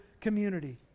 community